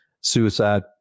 suicide